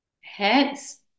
heads